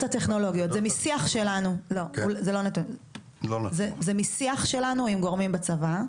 הטכנולוגיות זה משיח שלנו עם גורמים בצבא.